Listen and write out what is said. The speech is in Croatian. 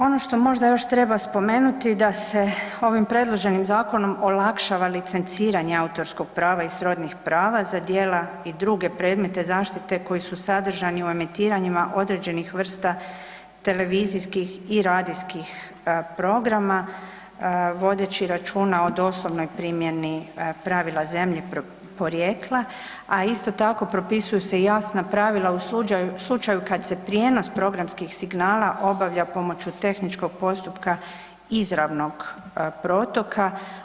Ono što možda još treba spomenuti da se ovim predloženim zakonom olakšava licenciranje autorskog prava i srodnih prava za djela i druge predmete zaštite koji su sadržajni u emitiranjima određenih vrsta televizijskih i radijskih programa vodeći računa o doslovnoj primjeni pravila zemlje porijekla a isto tako propisuju se i jasna pravila u slučaju kad se prijenos programskih signala obavlja pomoću tehničkog postupka izravnog protoka.